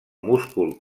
múscul